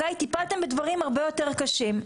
טיפלתם בדברים הרבה יותר קשים,